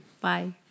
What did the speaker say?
Bye